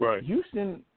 Houston